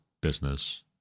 business